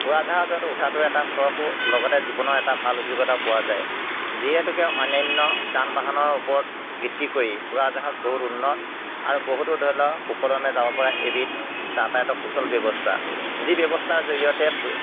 উৰাজাহাজত উঠাতো এটা চখো লগতে জীৱনৰ এটা ভাল অভিজ্ঞতা পোৱা যায় যিহেতুকে অন্যান্য যান বাহনৰ ওপৰত ভিত্তি কৰি উৰাজাহাজ বহুত উন্নত আৰু বহুতো ধৰি লওক সুকলমে যাবপৰা এবিধ যাতায়তৰ সুচল ব্যৱস্থা যি ব্যৱস্থাৰ জৰিয়তে